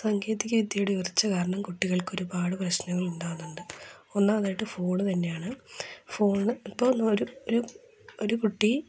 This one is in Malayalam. സാങ്കേതിക വിദ്യയുടെ ഉയർച്ച കാരണം കുട്ടികൾക്കൊരുപാട് പ്രശ്നങ്ങൾ ഉണ്ടാകുന്നുണ്ട് ഒന്നാമതായിട്ട് ഫോണ് തന്നെയാണ് ഫോണ് ഇപ്പോൾ ഒരു ഒരു കുട്ടി